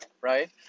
right